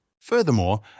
Furthermore